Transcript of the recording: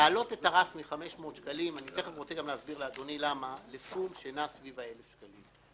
להעלות את הרף מ-500 שקלים לסכום שנע סביב 1,000 שקלים.